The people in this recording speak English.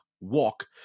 walk